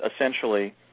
essentially